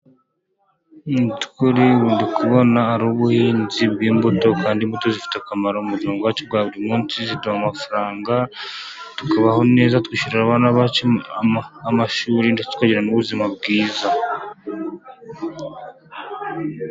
Ndi kubona hari ubuhinzi bw'imbuto kandi imbuto zifite akamaro mu buzima bwacu bwa buri munsi, ziduha amafaranga tukabaho neza twishyurira abana bacu amashuri ndetse tukagira n'ubuzima bwiza.